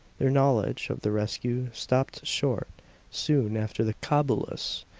their knowledge of the rescue stopped short soon after the cobulus,